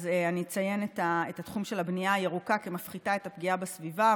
אז אני אציין את התחום של הבנייה הירוקה כמפחיתה את הפגיעה בסביבה,